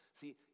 See